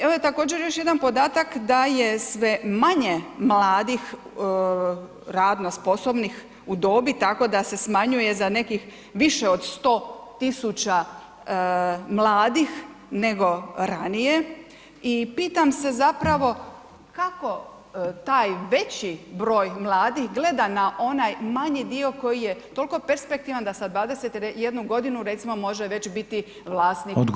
Evo također još jedan podatak da je sve manje mladih radno sposobnih u dobi tako da se smanjuje za nekih više od 100.000 mladih nego ranije i pitam se zapravo kako taj veći broj mladih gleda na onaj manji dio koji je toliko perspektivan da sa 21 godinu recimo može već biti vlasnik hotela.